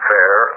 fair